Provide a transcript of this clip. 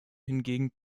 hingegen